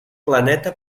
planeta